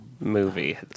Movie